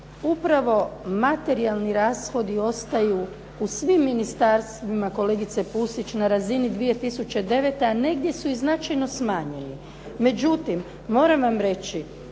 Upravo materijalni rashodi ostaju u svim ministarstvima kolegice Pusić na razini 2009. a negdje su značajno smanjeni. Moram vam reći